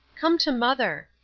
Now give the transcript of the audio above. come to mother,